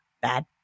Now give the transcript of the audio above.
bad